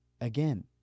again